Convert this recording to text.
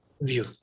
view